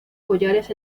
collares